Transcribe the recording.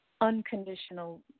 unconditional